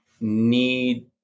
need